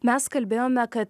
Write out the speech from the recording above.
mes kalbėjome kad